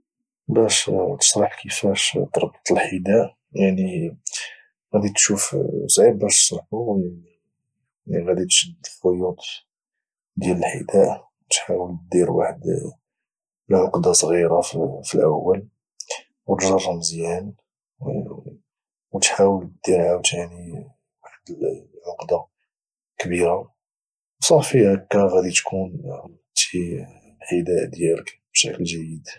بش ت شرح كيفاش تربط الحذاء يعني غادي تشوف صعيب باش تشرحه يعني غادي تشد الخيوط ديال الحذاء وتحاول تدير واحد العقده صغيره في الاول ودجر مزيان وتحاول تدير عاوتاني واحد العقده كبيره وصافي هكا غاتكون ربطتي الحذاء ديالك بشكل جيد